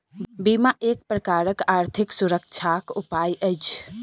बीमा एक प्रकारक आर्थिक सुरक्षाक उपाय अछि